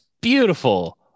beautiful